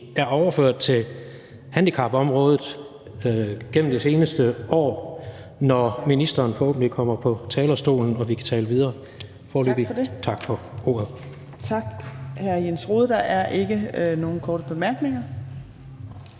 er overført til handicapområdet igennem det seneste år, når ministeren forhåbentlig kommer på talerstolen og vi kan tale videre. Foreløbig tak for ordet. Kl. 18:39 Fjerde næstformand (Trine Torp): Tak til hr. Jens Rohde. Der er ikke nogen korte bemærkninger.